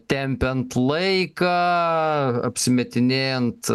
tempiant laiką apsimetinėjant